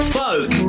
folk